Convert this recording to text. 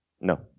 No